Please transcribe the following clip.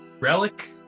Relic